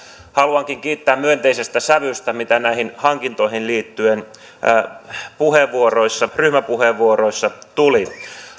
haluankin kiittää myönteisestä sävystä mitä näihin hankintoihin liittyen ryhmäpuheenvuoroissa tuli